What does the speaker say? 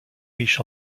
riche